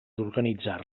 organitzar